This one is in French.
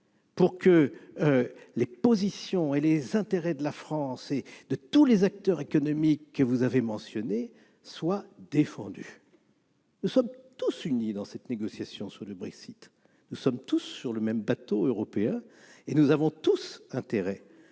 pour que les positions et les intérêts de la France et de tous les acteurs économiques que vous avez mentionnés soient défendus. Nous sommes tous unis dans cette négociation sur le Brexit, nous sommes tous sur le même bateau européen et nous avons tous intérêt